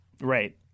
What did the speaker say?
Right